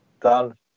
done